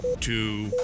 two